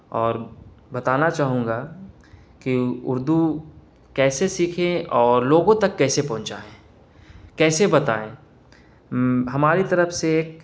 اور بتانا چاہوں گا کہ اردو کیسے سیکھیں اور لوگوں تک کیسے پہنچائیں کیسے بتائیں ہماری طرف سے ایک